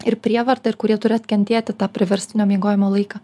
ir prievarta ir kurie turi atkentėti tą priverstinio miegojimo laiką